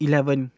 eleven